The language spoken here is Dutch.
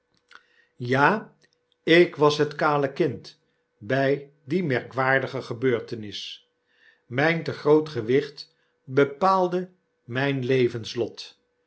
ja ik was het kale kind bij die merkwaardige gebeurtenis mijn te groot gewicht bepaalde mijn levenslot